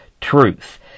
truth